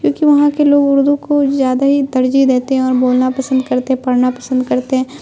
کیونکہ وہاں کے لوگ اردو کو جیادہ ہی تڑجیح دیتے ہیں اور بولنا پسند کرتے ہیں پڑھنا پسند کرتے ہیں